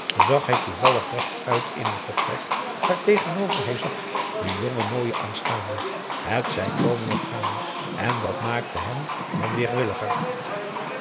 zag hij toevallig rechtuit in een vertrek waartegenover hij zat de jonge mooie aanstaande hetzij komen of gaan en dat maakte hem dan weer